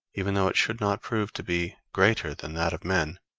even though it should not prove to be greater than that of men,